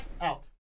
out